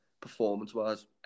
performance-wise